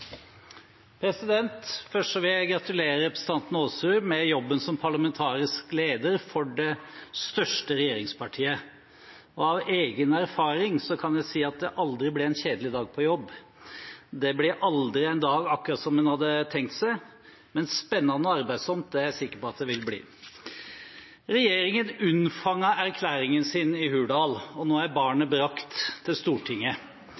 det største regjeringspartiet. Av egen erfaring kan jeg si at det aldri vil bli en kjedelig dag på jobb. Det blir aldri en dag akkurat sånn som man hadde tenkt seg. Men spennende og arbeidsomt er jeg sikker på at det vil bli. Regjeringen unnfanget erklæringen sin i Hurdal. Nå er barnet brakt til Stortinget.